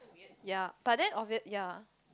ya but then obviou~ ya